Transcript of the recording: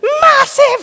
massive